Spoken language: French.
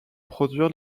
produire